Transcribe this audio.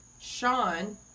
Sean